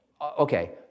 Okay